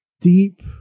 deep